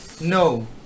no